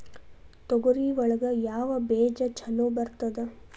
ತೊಗರಿ ಒಳಗ ಯಾವ ಬೇಜ ಛಲೋ ಬರ್ತದ?